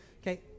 Okay